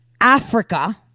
Africa